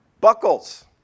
buckles